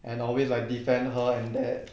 and always like defend her and that